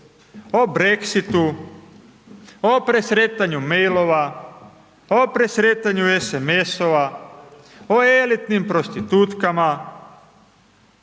o Brexitu o presretanju mailova, o presretanju SMS-ova, o elitinim prostitutkama,